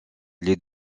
les